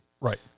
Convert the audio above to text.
Right